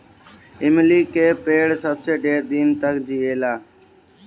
इमली के पेड़ सबसे ढेर दिन तकले जिएला